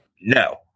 No